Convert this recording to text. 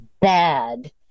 bad